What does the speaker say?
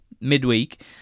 midweek